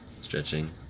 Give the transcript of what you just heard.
Stretching